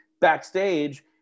backstage